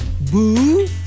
Boo